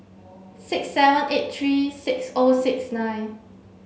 six seven eight three six O six nine